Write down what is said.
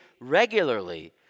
regularly